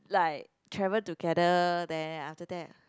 like travel together then after that